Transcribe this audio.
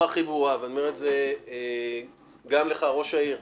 הכי ברורה, וגם לך, ראש העיר.